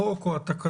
החוק או התקנות